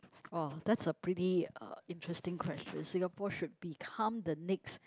!wah! that's a pretty uh interesting question Singapore should become the next